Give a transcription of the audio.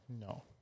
No